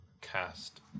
cast